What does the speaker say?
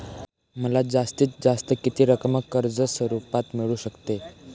मला जास्तीत जास्त किती रक्कम कर्ज स्वरूपात मिळू शकते?